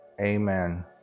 Amen